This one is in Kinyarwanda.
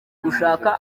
gushaka